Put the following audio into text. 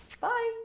Bye